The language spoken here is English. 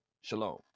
Shalom